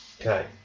Okay